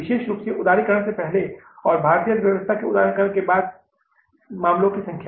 विशेष रूप से उदारीकरण से पहले और भारतीय अर्थव्यवस्था के उदारीकरण के बाद मामलों की संख्या